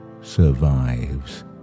survives